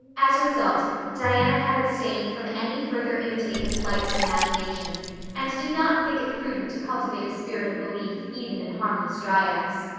as a result diana had abstained from any further imitative flights of imagination and did not think it prudent to cultivate a spirit of belief even in harmless dryads.